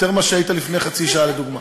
יותר ממה שהיית לפני חצי שעה לדוגמה.